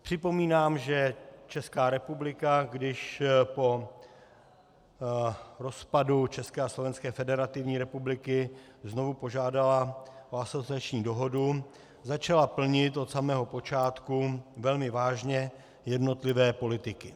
Připomínám, že Česká republika, když po rozpadu České a Slovenské Federativní Republiky znovu požádala o asociační dohodu, začala plnit od samého počátku velmi vážně jednotlivé politiky.